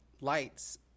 lights